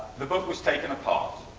the book was taken apart.